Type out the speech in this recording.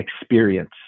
experience